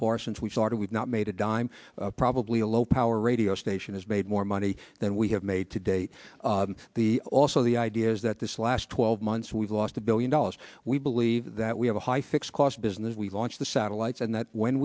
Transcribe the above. far since we started we've not made a dime probably a low power radio station has made more money than we have made to date also the idea is that this last twelve months we've lost a billion dollars we believe that we have a high fixed cost business we've launched the satellites and that when